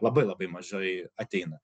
labai labai mažai ateina